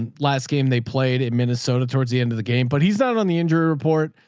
and last game. they played at minnesota towards the end of the game, but he's not on the injury report.